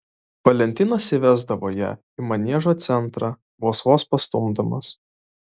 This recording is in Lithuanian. valentinas įvesdavo ją į maniežo centrą vos vos pastumdamas